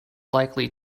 likely